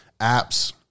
apps